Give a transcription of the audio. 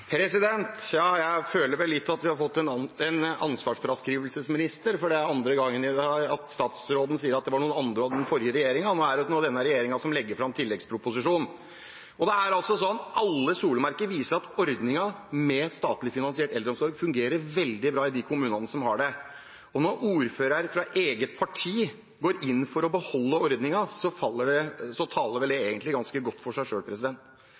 Jeg føler vel litt at vi har fått en ansvarsfraskrivelsesminister, for det er andre gangen i dag at statsråden viser til noen andre, til den forrige regjeringen. Det er nå denne regjeringen som legger fram tilleggsproposisjonen. Det er altså sånn at alle solemerker viser at ordningen med statlig finansiert eldreomsorg fungerer veldig bra i de kommunene som har det, og når ordførere fra statsrådens eget parti går inn for å beholde ordningen, taler vel det egentlig ganske godt for seg